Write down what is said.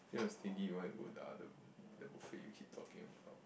then I was thinking you might go the other room the buffet we keep talking about